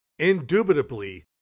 indubitably